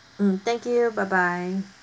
mm thank you bye bye